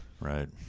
Right